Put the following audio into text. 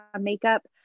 makeup